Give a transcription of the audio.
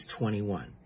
21